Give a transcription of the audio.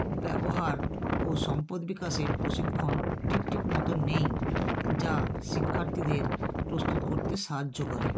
ব্যবহার ও সম্পদ বিকাশে প্রশিক্ষণ ঠিক ঠিক মতন নেই যা শিক্ষার্থীদের প্রস্তুত করতে সাহায্য করে